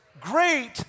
great